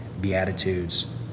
beatitudes